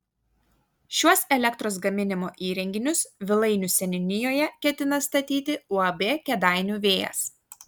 šiuos elektros gaminimo įrenginius vilainių seniūnijoje ketina statyti uab kėdainių vėjas